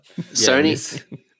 Sony